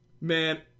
man